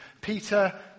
Peter